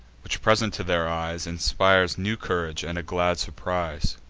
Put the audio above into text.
which, present to their eyes, inspires new courage, and a glad surprise.